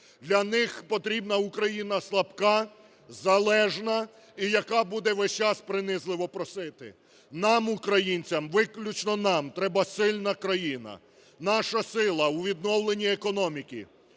Для них потрібна Україна слабка, залежна і яка буде весь час принизливо просити. Нам, українцям, виключно нам, треба сильна країна. Наша сила у відновленні економіки,